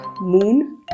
moon